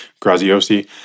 Graziosi